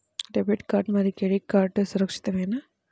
Debit card మరియు credit card సురక్షితమేనా?